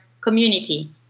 community